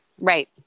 Right